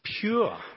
pure